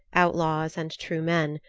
outlaws and true men,